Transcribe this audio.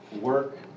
work